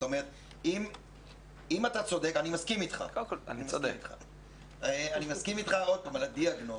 אם אתה צודק ואני מסכים איתך על הדיאגנוזה.